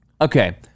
Okay